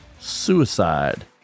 suicide